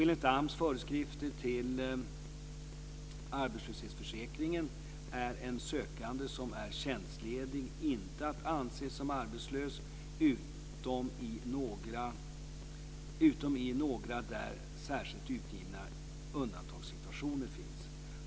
Enligt AMS föreskrifter till lagen om arbetslöshetsförsäkring är en sökande som är tjänstledig inte att anse som arbetslös utom i några där särskilt angivna undantagssituationer.